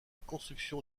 construction